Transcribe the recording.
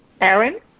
Aaron